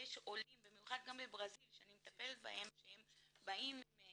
יש עולים במיוחד מברזיל שאני מטפלת בהם שהם באים עם